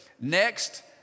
Next